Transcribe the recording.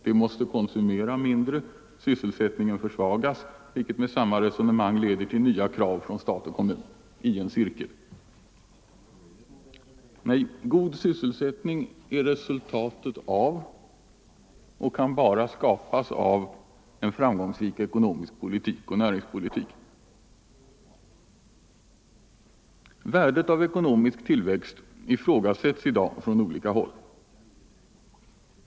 Vi måste konsumera mindre och sysselsättningen försvagas, vilket med samma resonemang leder till nya krav från stat och kommun, osv. Nej, en god sysselsättning är resultatet av — och kan endast skapas av —- framgångsrik ekonomisk politik och en likaledes framgångsrik näringspolitik. Värdet av ekonomisk tillväxt ifrågasätts i dag från olika håll.